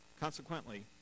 Consequently